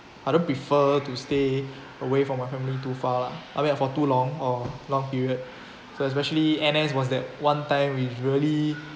I don't prefer to stay away from my family too far lah I mean ah for too long or long period so especially N_S was that one time is really